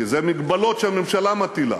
כי זה מגבלות שהממשלה מטילה,